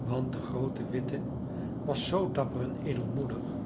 want de groote witte was zoo dapper en edelmoedig